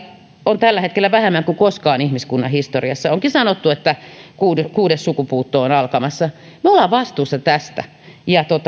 on tällä hetkellä vähemmän kuin koskaan ihmiskunnan historiassa onkin sanottu että kuudes sukupuutto on alkamassa me olemme vastuussa tästä